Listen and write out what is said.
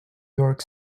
york